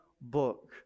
book